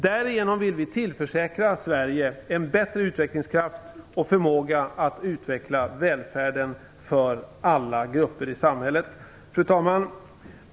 Därigenom vill vi tillförsäkra Sverige en bättre utvecklingskraft och förmåga att utveckla välfärden för alla grupper i samhället. Fru talman!